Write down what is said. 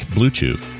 Bluetooth